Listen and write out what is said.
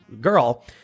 girl